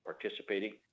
participating